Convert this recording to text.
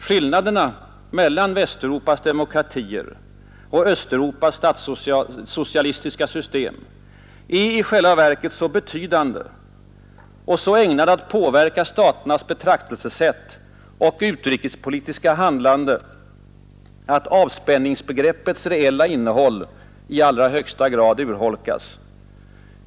Skillnaderna mellan Västeuropas demokratier och Östeuropas statssocialistiska system är i själva verket så betydande och så ägnade att påverka staternas betraktelsesätt och utrikespolitiska handlande, att avspänningsbegreppets reella innehåll i allra högsta grad urholkas.